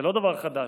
זה לא דבר חדש,